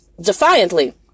defiantly